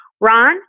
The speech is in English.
Ron